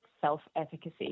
self-efficacy